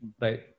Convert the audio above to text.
right